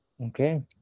Okay